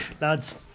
Lads